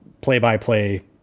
play-by-play